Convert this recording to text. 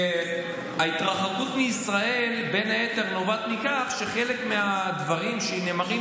ההתרחקות מישראל נובעת בין היתר מכך שחלק מהדברים שנאמרים